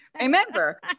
remember